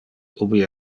ubi